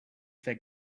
that